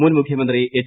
മുൻ മുഖ്യമന്ത്രി എച്ച്